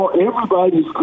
Everybody's